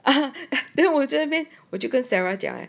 then 我在那边我跟 sarah 讲 leh